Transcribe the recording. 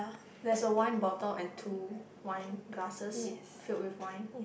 ah there's a wine bottle and two wine glasses filled with wine